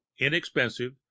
inexpensive